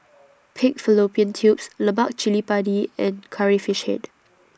Pig Fallopian Tubes Lemak Cili Padi and Curry Fish Head